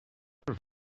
other